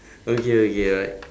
okay okay like